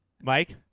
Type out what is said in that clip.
Mike